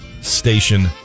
station